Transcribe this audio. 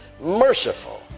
merciful